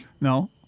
No